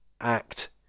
act